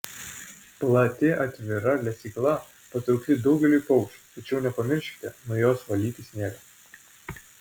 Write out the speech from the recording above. plati atvira lesykla patraukli daugeliui paukščių tačiau nepamirškite nuo jos valyti sniegą